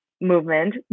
movement